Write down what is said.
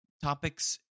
topics